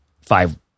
five